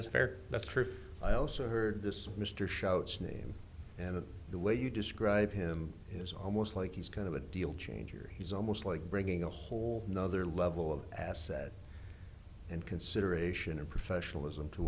is fair that's true i also heard this mr shouts name and the way you describe him is almost like he's kind of a deal changer he's almost like bringing a whole nother level of asset and consideration and professionalism to